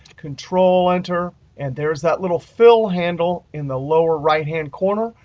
control-enter, and there is that little fill handle in the lower right hand corner.